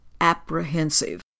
apprehensive